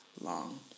long